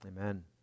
amen